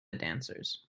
dancers